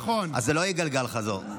אז זה לא יהיה גלגל חוזר.